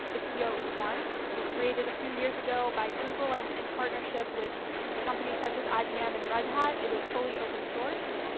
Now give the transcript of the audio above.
istio is one. it was created a few years ago by google and in partnership with companies such as ibm and red hat. it is fully open-source.